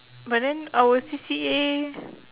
but then our C_C_A